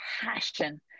passion